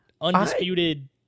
undisputed